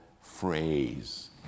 phrase